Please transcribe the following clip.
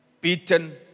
beaten